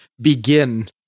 begin